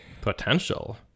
Potential